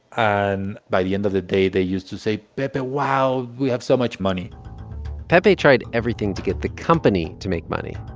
and by the end of the day, they used to say pepe, wow, we have so much money pepe tried everything to get the company to make money.